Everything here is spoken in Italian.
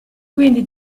quindi